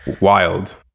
wild